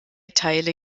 teile